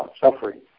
suffering